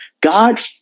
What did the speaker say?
God